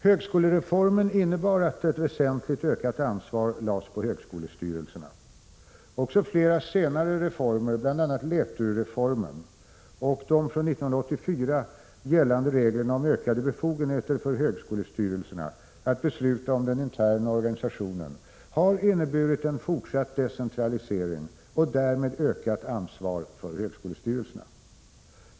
Högskolereformen innebar att ett väsentligt ökat ansvar lades på högskolestyrelserna. Också flera senare reformer — bl.a. LÄTU-reformen, och de från 1984 gällande reglerna om ökade befogenheter för högskolestyrelserna att besluta om den interna organisationen — har inneburit en fortsatt decentralisering och därmed ett ökat ansvar för högskolestyrelserna.